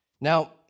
Now